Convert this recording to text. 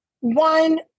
One